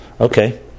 Okay